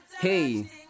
Hey